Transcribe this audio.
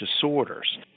disorders